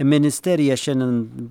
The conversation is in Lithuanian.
ministerija šiandien